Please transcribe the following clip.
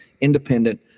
independent